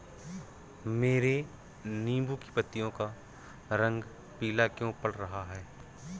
मेरे नींबू की पत्तियों का रंग पीला क्यो पड़ रहा है?